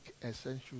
essential